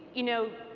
you know,